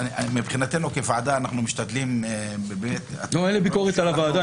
מבחינתנו כוועדה אנחנו משתדלים --- אין לי ביקורת על הוועדה,